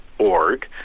Org